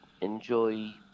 enjoy